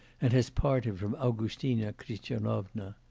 and has parted from augustina christianovna.